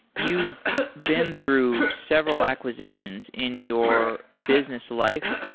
you've been through several acquisitions in your business life.